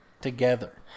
Together